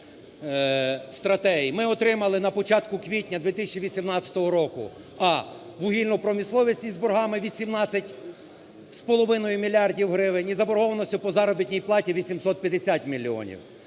ми отримали на початку квітня 2018 року: а) вугільну промисловість із боргами 18,5 мільярдів гривень і заборгованістю по заробітній платі в 850 мільйонів.